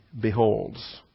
beholds